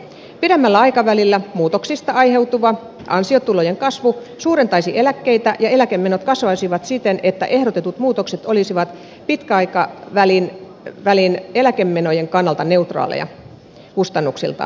pidemmällä aikavälillä muutoksista aiheutuva ansiotulojen kasvu suurentaisi eläkkeitä ja eläkemenot kasvaisivat siten että ehdotetut muutokset olisivat pitkän aikavälin eläkemenojen kannalta neutraaleja kustannuksiltaan